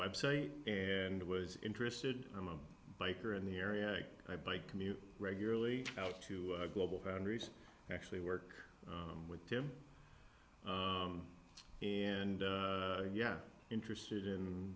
website and was interested i'm a biker in the area i bike commute regularly out to globalfoundries actually work with them and yeah interested in